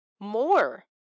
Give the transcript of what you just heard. more